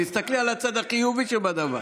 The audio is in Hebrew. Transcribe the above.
תסתכלי על הצד החיובי שבדבר.